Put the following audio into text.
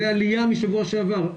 זה עליה משבוע שעבר.